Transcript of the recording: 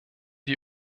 die